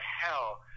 hell